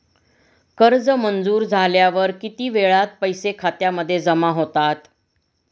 कर्ज मंजूर झाल्यावर किती वेळात पैसे खात्यामध्ये जमा होतात?